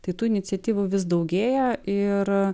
tai tų iniciatyvų vis daugėja ir